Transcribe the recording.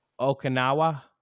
Okinawa